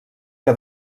que